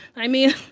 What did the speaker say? i mean,